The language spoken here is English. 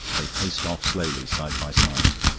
they paced off slowly, side by side.